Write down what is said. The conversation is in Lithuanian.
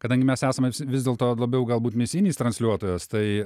kadangi mes esame vis dėl to labiau galbūt misijinis transliuotojas tai